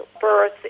birth